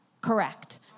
correct